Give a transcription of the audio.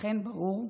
אכן ברור.